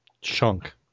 chunk